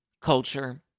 Culture